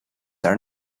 are